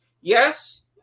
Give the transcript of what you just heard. yes